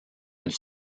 une